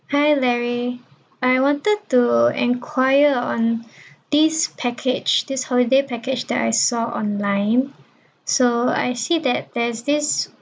hi larry I wanted to enquire on this package this holiday package that I saw online so I see that there's this